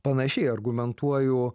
panašiai argumentuoju